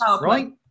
right